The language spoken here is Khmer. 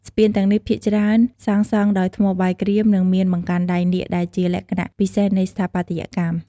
ស្ពានទាំងនេះភាគច្រើនសាងសង់ដោយ ថ្មបាយក្រៀម និងមានបង្កាន់ដៃនាគ ដែលជាលក្ខណៈពិសេសនៃស្ថាបត្យកម្ម។